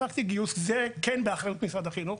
וזה כן באחריות משרד החינוך,